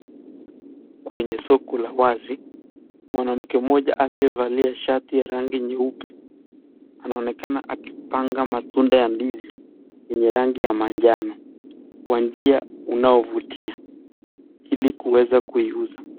Kwenye soko la wazi mwanamke mmoja aliyevalia shati ya rangi nyeupe anaonekana akipanga matunda ya ndizi yenye rangi ya manjano kwa njia unaovutia ili kuweza kuiuza.